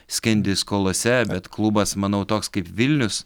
skendi skolose bet klubas manau toks kaip vilnius